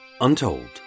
untold